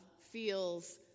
feels